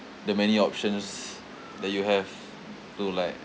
the many options that you have to like